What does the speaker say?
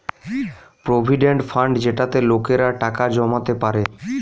provident fund যেটাতে লোকেরা টাকা জমাতে পারে